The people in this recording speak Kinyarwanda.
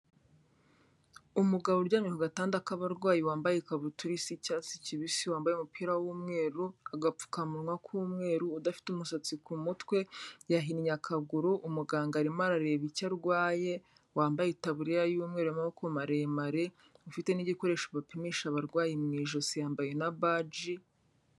Umugabo uryamye ku gatanda k'abarwayi, wambaye ikabutura isa icyatsi kibisi, wambaye umupira w'umweru, agapfukamunwa k'umweru, udafite umusatsi ku mutwe, yahinnye akaguru, umuganga arimo arareba icyo arwaye, wambaye itaburiya y'umweru y'amaboko maremare, ufite n'igikoresho bapimisha abarwayi mu ijosi, yambaye na baji.